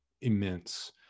immense